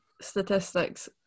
statistics